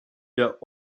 der